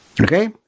Okay